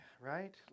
Right